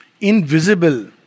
Invisible